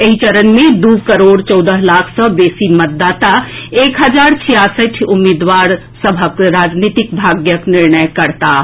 एहि चरण मे दू करोड़ चौदह लाख सँ बेसी मतदाता एक हजार छियासठि उम्मीदवार सभक राजनीतिक भाग्यक निर्णय करताह